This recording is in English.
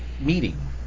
meeting